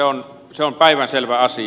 kyllä se on päivänselvä asia